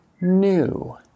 new